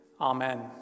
amen